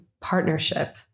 partnership